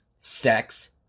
sex